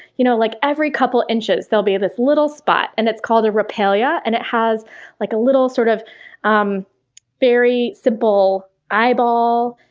you know like every couple inches there'll be this little spot. and it's called a rhopalia, and it has like a sort of um very simple eyeball,